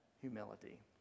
humility